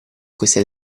queste